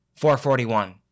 441